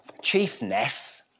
chiefness